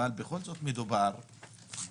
אבל בכל זאת מדובר בחוק-יסוד.